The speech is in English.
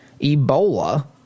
ebola